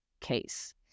case